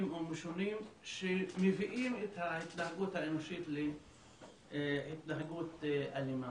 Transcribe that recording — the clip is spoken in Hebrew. ומשונים שמביאים את ההתנהגות האנושית להתנהגות אלימה.